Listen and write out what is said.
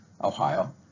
Ohio